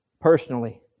personally